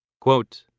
Quote